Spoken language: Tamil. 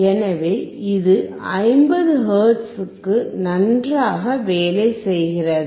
எனவே இது 50 ஹெர்ட்ஸுக்கு நன்றாக வேலை செய்கிறது